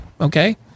Okay